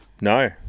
No